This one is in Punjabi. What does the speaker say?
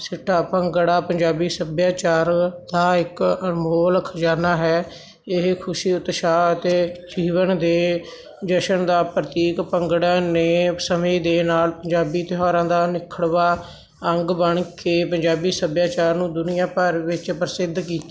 ਸਿੱਟਾ ਭੰਗੜਾ ਪੰਜਾਬੀ ਸੱਭਿਆਚਾਰ ਦਾ ਇੱਕ ਅਨਮੋਲ ਖਜ਼ਾਨਾ ਹੈ ਇਹ ਖੁਸ਼ੀ ਉਤਸ਼ਾਹ ਅਤੇ ਜੀਵਨ ਦੇ ਜਸ਼ਨ ਦਾ ਪ੍ਰਤੀਕ ਭੰਗੜੇ ਨੇ ਸਮੇਂ ਦੇ ਨਾਲ ਪੰਜਾਬੀ ਤਿਉਹਾਰਾਂ ਦਾ ਅਨਿੱਖੜਵਾਂ ਅੰਗ ਬਣ ਕੇ ਪੰਜਾਬੀ ਸੱਭਿਆਚਾਰ ਨੂੰ ਦੁਨੀਆ ਭਰ ਵਿੱਚ ਪ੍ਰਸਿੱਧ ਕੀਤਾ